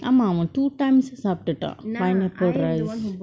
ஆமா அவ:aamaaa ava two times சாப்டுடான்:saaptutan pineapple rice